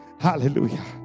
Hallelujah